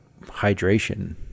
hydration